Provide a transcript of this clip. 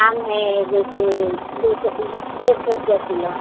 आम है जैसे दू सौ डेढ़ सौ रुपया किलो